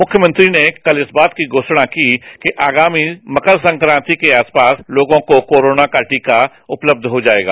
मुख्यमंत्री ने कल इस बात की घोषणा की कि आगामी मकर संक्रांति के आसपास लोगों को कोरोना का टीका उपलब्ध हो जाएगा